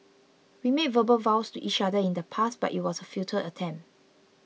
we made verbal vows to each other in the past but it was a futile attempt